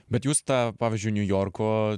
bet jūs tą pavyzdžiui niujorko